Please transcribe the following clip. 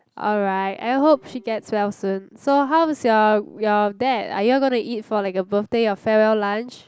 alright I hope she gets well soon so how's your your dad are you all going to eat for like a birthday or farewell lunch